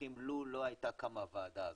שמחים לו לא הייתה קמה הוועדה הזאת,